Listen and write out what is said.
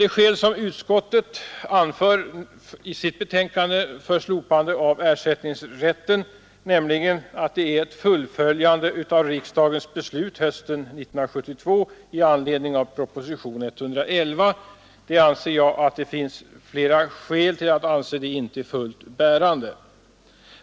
De skäl som utskottet anför i sitt betänkande för slopande av ersättningsrätten, nämligen att det är ett fullföljande av riksdagsbeslutet hösten 1972 i anledning av propositionen 111 anser jag inte fullt bärande.